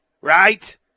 right